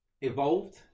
evolved